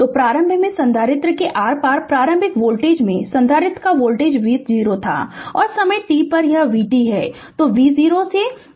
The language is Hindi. तो प्रारंभ में संधारित्र के आर पार प्रारंभिक वोल्टेज में संधारित्र वोल्टेज v0 था और समय t पर यह vt है